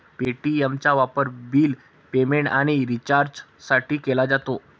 पे.टी.एमचा वापर bill payment आणि रिचार्जसाठी केला जातो